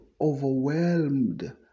overwhelmed